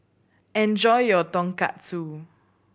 enjoy your Tonkatsu